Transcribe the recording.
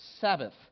Sabbath